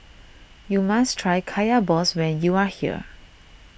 you must try Kaya Balls when you are here